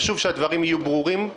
חשוב שהדברים יהיו ברורים.